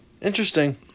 Interesting